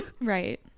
right